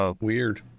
Weird